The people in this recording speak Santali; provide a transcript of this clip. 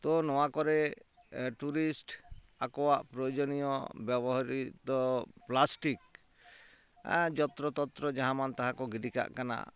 ᱛᱚ ᱱᱚᱣᱟ ᱠᱚᱨᱮ ᱴᱩᱨᱤᱥᱴ ᱟᱠᱚᱣᱟᱜ ᱯᱨᱚᱭᱳᱡᱚᱱᱤᱭᱚ ᱵᱮᱵᱚᱦᱨᱤᱛᱚ ᱯᱞᱟᱥᱴᱤᱠ ᱡᱚᱛᱨᱚᱛᱚᱛᱨᱚ ᱡᱟᱦᱟᱢᱟᱱ ᱛᱟᱦᱟᱸ ᱠᱚ ᱜᱤᱰᱤᱠᱟᱜ ᱠᱟᱱᱟ